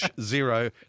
zero